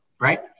right